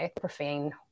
profane